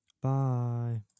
bye